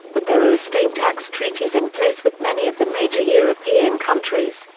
but there are estate tax treaties in place with many of the major european countries,